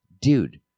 dude